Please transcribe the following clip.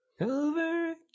over